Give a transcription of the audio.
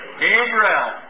Gabriel